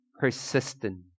persistent